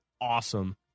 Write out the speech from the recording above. Awesome